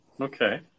Okay